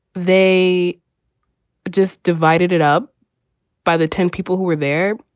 they just divided it up by the ten people who were there,